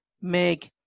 Meg